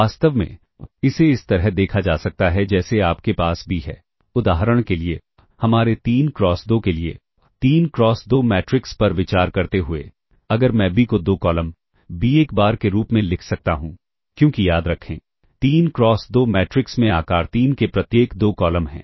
वास्तव में इसे इस तरह देखा जा सकता है जैसे आपके पास B है उदाहरण के लिए हमारे 3 क्रॉस 2 के लिए 3 क्रॉस 2 मैट्रिक्स पर विचार करते हुए अगर मैं B को 2 कॉलम B 1 बार के रूप में लिख सकता हूं क्योंकि याद रखें 3 क्रॉस 2 मैट्रिक्स में आकार 3 के प्रत्येक 2 कॉलम हैं